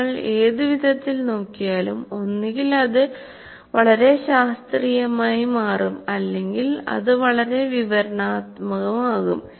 നിങ്ങൾ ഏതുവിധത്തിൽ നോക്കിയാലും ഒന്നുകിൽ അത് വളരെ ശാസ്ത്രീയമായി മാറും അല്ലെങ്കിൽ അത് വളരെ വിവരണാത്മകമാകും